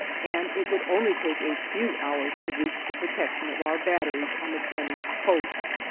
and it would only take a few hours to reach the protection of our batteries on the flemish coast.